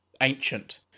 ancient